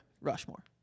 Rushmore